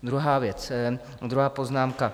Druhá věc, druhá poznámka.